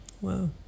wow